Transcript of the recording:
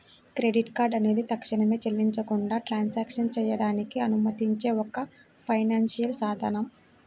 credit card అనేది తక్షణమే చెల్లించకుండా ట్రాన్సాక్షన్లు చేయడానికి అనుమతించే ఒక ఫైనాన్షియల్ సాధనం